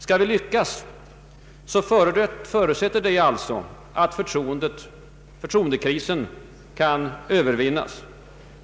Skall vi lyckas förutsätter det att förtroendekrisen kan övervinnas.